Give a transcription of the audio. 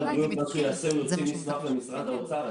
משרד הבריאות מה שהוא יעשה הוא יוציא מסמך למשרד האוצר.